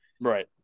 right